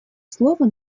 слово